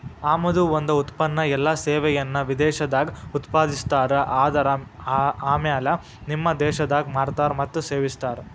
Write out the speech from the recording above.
ಆಮದು ಒಂದ ಉತ್ಪನ್ನ ಎಲ್ಲಾ ಸೇವೆಯನ್ನ ವಿದೇಶದಾಗ್ ಉತ್ಪಾದಿಸ್ತಾರ ಆದರ ಆಮ್ಯಾಲೆ ನಿಮ್ಮ ದೇಶದಾಗ್ ಮಾರ್ತಾರ್ ಮತ್ತ ಸೇವಿಸ್ತಾರ್